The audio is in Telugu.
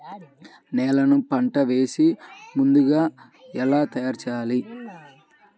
నేలను పంట వేసే ముందుగా ఎలా తయారుచేయాలి?